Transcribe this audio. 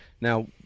Now